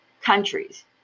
countries